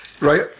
Right